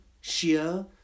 sheer